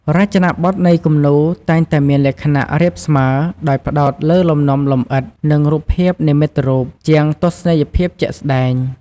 រចនាបទនៃគំនូរតែងតែមានលក្ខណៈរាបស្មើដោយផ្តោតលើលំនាំលម្អិត និងរូបភាពនិមិត្តរូប ជាងទស្សនីយភាពជាក់ស្តែង។